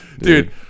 Dude